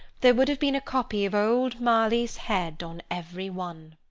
there would have been a copy of old marley's head on every one.